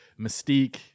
mystique